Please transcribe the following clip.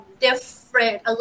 different